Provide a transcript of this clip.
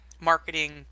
marketing